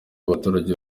abaturage